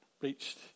reached